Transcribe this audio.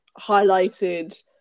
highlighted